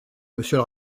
monsieur